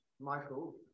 Michael